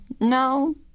no